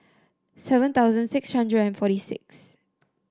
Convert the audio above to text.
seven thousand six hundred and forty six